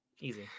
Easy